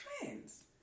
trends